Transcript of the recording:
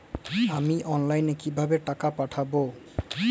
আমি অনলাইনে কিভাবে টাকা পাঠাব?